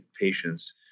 patients